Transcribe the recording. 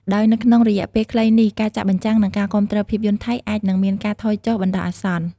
ដោយនៅក្នុងរយៈពេលខ្លីនេះ ការចាក់បញ្ចាំង និងការគាំទ្រភាពយន្តថៃអាចនឹងមានការថយចុះបណ្តោះអាសន្ន។